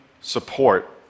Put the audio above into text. support